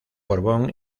borbón